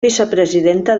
vicepresidenta